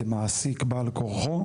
כמעסיק בעל כורחו.